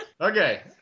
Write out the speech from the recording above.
Okay